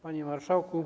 Panie Marszałku!